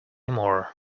more